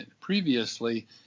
previously